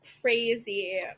crazy